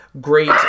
great